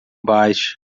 baixa